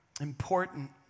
Important